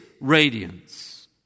radiance